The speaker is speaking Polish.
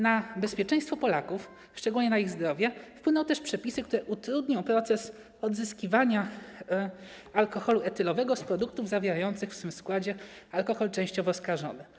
Na bezpieczeństwo Polaków, szczególnie na ich zdrowie, wpłyną też przepisy, które utrudnią proces odzyskiwania alkoholu etylowego z produktów zawierających w swym składzie alkohol częściowo skażony.